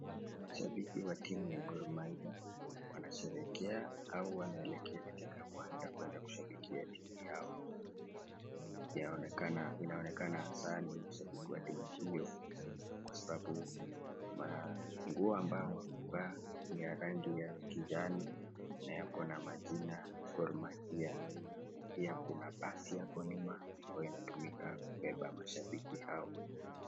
Mashabiki wa timu ya Gor mahia wanasherehekea au wanaelekea katika uwanja kuenda kushabikia timu yao. Inaonekana sana ni mashabiki wa timu hiyo kwa sababu nguo ambao wamevaa ni ya kijani na yako na majina Gor mahia. Pia kuna basi hapo nyuma ambayo inatumika kubeba mashabiki hao.